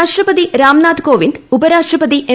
രാഷ്ട്രപതി രാംനാഥ് കോവിന്ദ് ഉപരാഷ്ട്രപതി എം